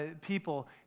people